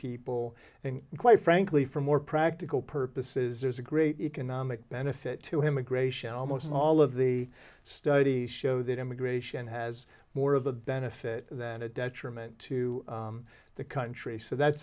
people and quite frankly for more practical purposes there's a great economic benefit to him and gratian almost all of the studies show that immigration has more of a benefit than a detriment to the country so that's